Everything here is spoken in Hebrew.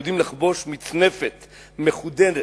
גזירות, על היהודים לחבוש מצנפת מחודדת,